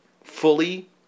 fully